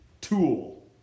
tool